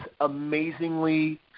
amazingly